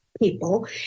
People